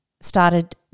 started